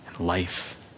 life